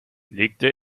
legte